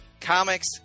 comics